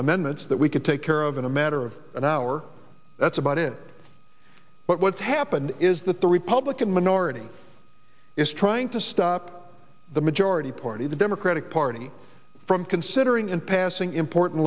amendments that we could take care of in a matter of an hour that's about it but what's happened is that the republican minority is trying to stop the majority party the democratic party from considering in passing important